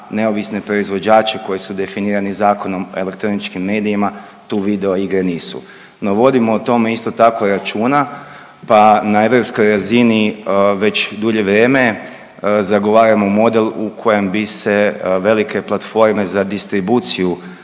neovisne proizvođače koji su definirani Zakonom o elektroničkim medijima, tu video igre nisu. No vodimo o tome isto tako računa pa na europskoj razini već dulje vrijeme zagovaramo model u kojem bi se velike platforme za distribuciju